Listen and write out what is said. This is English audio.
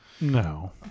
No